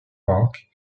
park